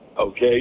okay